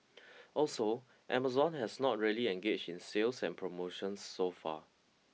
also Amazon has not really engaged in sales and promotions so far